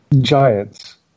giants